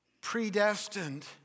predestined